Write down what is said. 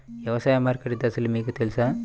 వ్యవసాయ మార్కెటింగ్ దశలు మీకు తెలుసా?